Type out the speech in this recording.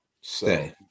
stay